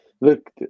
look